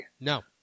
No